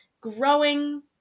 growing